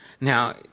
Now